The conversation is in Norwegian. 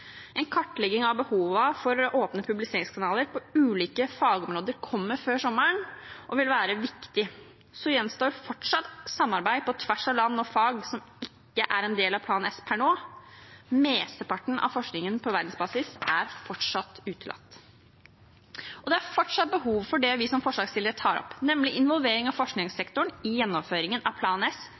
En kartlegging av behovene for åpne publiseringskanaler på ulike fagområder kommer før sommeren og vil være viktig. Så gjenstår fortsatt samarbeid på tvers av land og fag som ikke er en del av Plan S per nå. Mesteparten av forskningen på verdensbasis er fortsatt utelatt. Det er fortsatt behov for det vi som forslagsstillere tar opp, nemlig involvering av forskningssektoren i gjennomføringen av